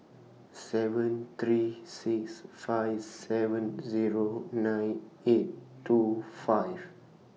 seven three six five seven Zero nine eight two five